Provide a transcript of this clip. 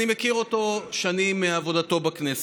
אני מכיר אותו שנים מעבודתו בכנסת.